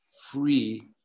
free